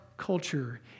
culture